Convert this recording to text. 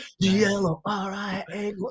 G-L-O-R-I-A